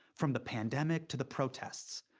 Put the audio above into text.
from the pandemic to the protests,